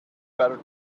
better